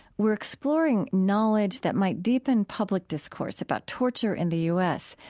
we're exploring knowledge that might deepen public discourse about torture in the u s,